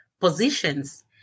positions